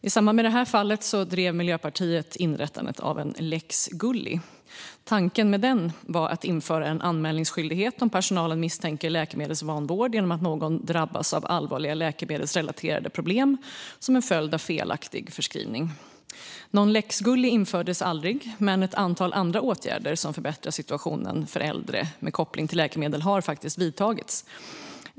Miljöpartiet föreslog i samband med fallet ett inrättande av en lex Gulli. Tanken med den var att införa en anmälningsskyldighet om personalen misstänker läkemedelsvanvård genom att någon drabbas av allvarliga läkemedelsrelaterade problem som en följd av felaktig förskrivning. Någon lex Gulli infördes aldrig, men ett antal andra åtgärder som förbättrar situationen för äldre med koppling till läkemedel har vidtagits.